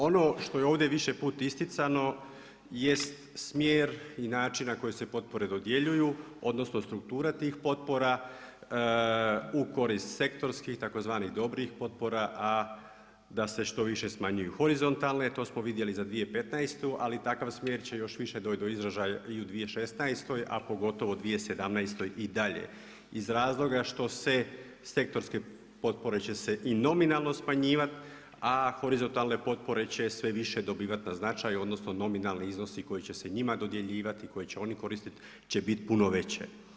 Ono što je ovdje više puta isticano jest smjer i način na koje se potpore dodjeljuju odnosno struktura tih potpora u korist sektorskih tzv. dobrih potpora, a da se što više smanjuju horizontalne, to smo vidjeli za 2015., ali takav smjer će još više doći do izražaja i u 2016., a pogotovo u 2017. i dalje iz razloga što se sektorske potpore će se i nominalno smanjivati, a horizontalne potpore će sve više dobivati na značaju odnosno nominalni iznosi koji će se njima dodjeljivati, koje će oni koristiti će biti puno veće.